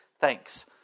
Thanks